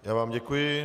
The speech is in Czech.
Já vám děkuji.